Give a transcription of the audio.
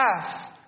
half